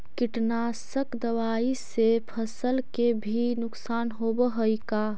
कीटनाशक दबाइ से फसल के भी नुकसान होब हई का?